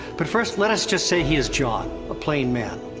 but first let us just say he is jon, a plain man.